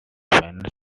final